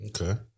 Okay